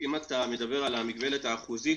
אם אתה מדבר על המגבלה האחוזית,